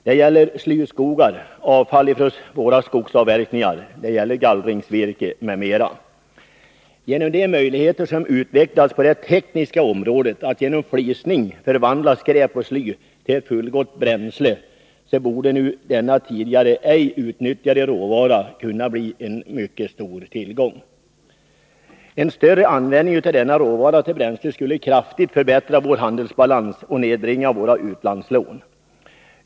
Det gäller slyskogar, avfall från våra skogsavverkningar, gallringsvirke m.m. Genom de möjligheter som utvecklas på det tekniska området att genom flisning förvandla skräp och sly till ett fullgott bränsle borde nu denna tidigare ej utnyttjade råvara kunna bli en mycket stor tillgång. En större användning av denna råvara till bränsle skulle kraftigt förbättra vår handelsbalans och nedbringa våra utlandslån.